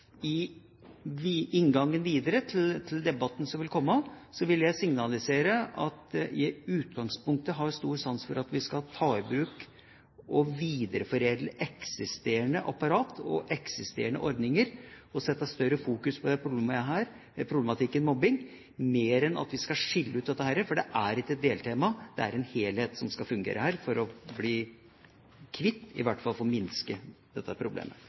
det. I inngangen videre til debatten som vil komme, vil jeg signalisere at jeg i utgangspunktet har stor sans for at vi skal ta i bruk og videreforedle eksisterende apparat og eksisterende ordninger når vi skal sette større fokus på denne problematikken med mobbing, mer enn at vi skal skille det ut. For dette er ikke et deltema; det er en helhet som skal fungere her for at vi skal bli kvitt, eller i hvert fall få minsket, dette problemet.